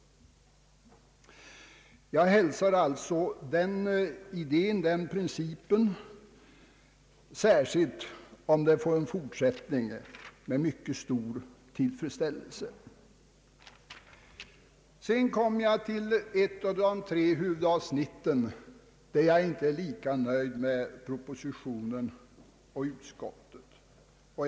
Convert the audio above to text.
Jag hälsar alltså denna princip — särskilt om den får en fortsättning — med mycket stor tillfredsställelse. Sedan kommer jag till ett av de tre huvudavsnitt, där jag inte är lika nöjd med propositionen och utskottsutlåtandet.